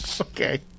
Okay